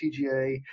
tga